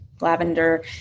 lavender